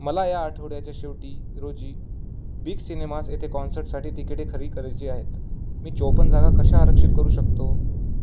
मला या आठवड्याच्या शेवटी रोजी बिग सिनेमास येथे कॉन्सर्टसाठी तिकीटे खरेदी करायचे आहेत मी चोपन्न जागा कशा आरक्षित करू शकतो